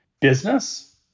business